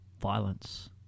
violence